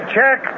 Check